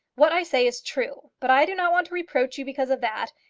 what i say is true. but i do not want to reproach you because of that.